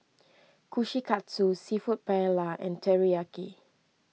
Kushikatsu Seafood Paella and Teriyaki